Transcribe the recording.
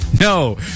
no